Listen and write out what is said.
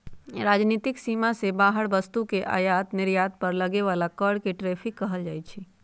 राजनीतिक सीमा से बाहर वस्तु के आयात निर्यात पर लगे बला कर के टैरिफ कहल जाइ छइ